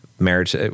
Marriage